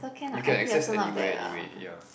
you can access anywhere anyway ya